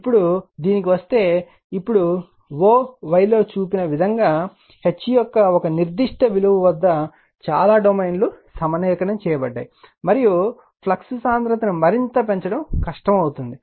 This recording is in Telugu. ఇప్పుడు దీనికి వస్తే ఇప్పుడు o y లో చూపిన విధంగా H యొక్క ఒక నిర్దిష్ట విలువ వద్ద చాలా డొమైన్లు సమలేఖనం చేయబడతాయి మరియు ఫ్లక్స్ సాంద్రతను మరింత పెంచడం కష్టం అవుతుంది